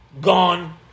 gone